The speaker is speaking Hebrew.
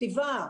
כתיבה,